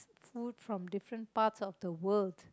food from different parts of the world